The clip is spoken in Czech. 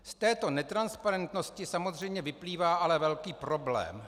Z této netransparentnosti samozřejmě vyplývá ale velký problém.